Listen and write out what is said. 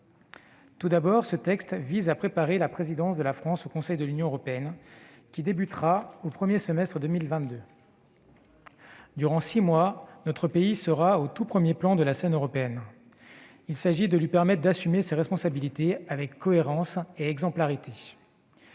axe -, ce texte vise à préparer la présidence de la France au Conseil de l'Union européenne, qui débutera au premier semestre 2022. Durant six mois, notre pays sera au tout premier plan de la scène européenne. Il s'agit de lui permettre d'assumer ses responsabilités avec cohérence et exemplarité.